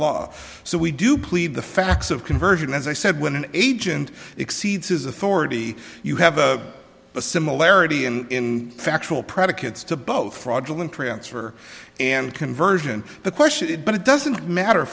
law so we do believe the facts of conversion as i said when an agent exceeds his authority you have a the similarity in factual predicates to both fraudulent transfer and conversion the question but it doesn't matter